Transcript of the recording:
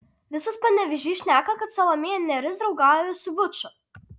visas panevėžys šneka kad salomėja nėris draugauja su buču